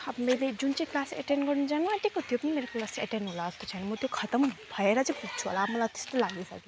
अब मैले जुन चाहिँ क्लास एटेन्ड गर्न जानु आँटेको त्यो पनि मेरो क्लास एटेन्ड होला जस्तो छैन म त्यो खतम भएर चाहिँ पुग्छु होला मलाई त्यस्तै लाग्दैछ